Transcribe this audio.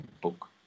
book